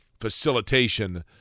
facilitation